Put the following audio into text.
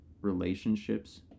relationships